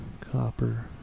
copper